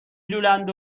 لولند